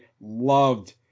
loved